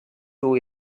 too